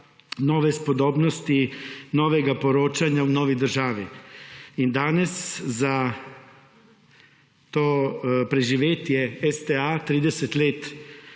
nove spodobnosti, novega poročanja v novi državi in danes za to preživetje STA 30 let